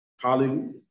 Hallelujah